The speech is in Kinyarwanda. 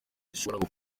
zishobora